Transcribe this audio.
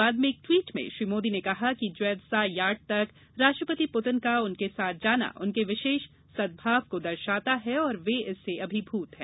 बाद में एक टवीट में श्री मोदी ने कहा कि ज्वेजदा यार्ड तक राष्ट्रपति पुतिन का उनके साथ जाना उनके विशेष सदभाव को दर्शाता है और वे इससे अभिभृत हैं